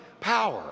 power